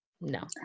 No